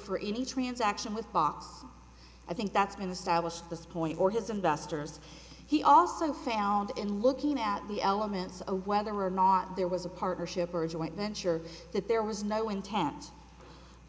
for any transaction with fox i think that's been established this point or his investors he also found in looking at the elements of whether or not there was a partnership or joint venture that there was no intent